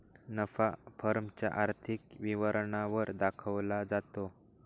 नफा फर्म च्या आर्थिक विवरणा वर दाखवला जातो